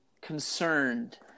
concerned